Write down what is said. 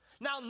Now